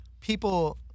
people